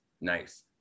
nice